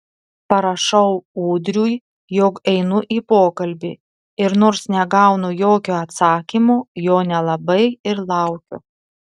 parašau ūdriui jog einu į pokalbį ir nors negaunu jokio atsakymo jo nelabai ir laukiu